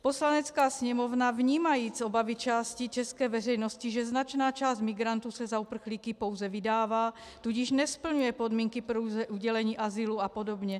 Poslanecká sněmovna vnímajíc obavy části české veřejnosti, že značná část migrantů se za uprchlíky pouze vydává, tudíž nesplňuje podmínky pro udělení azylu apod...